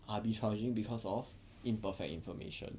arbitraging because of imperfect information